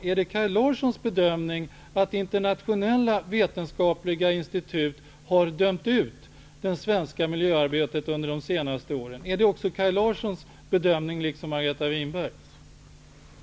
Är det Kaj Larssons bedömning att internationella vetenskapliga institut har dömt ut det svenska miljöarbetet under de senaste åren? Är detta Kaj Larssons liksom Margareta Winbergs bedömning?